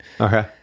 okay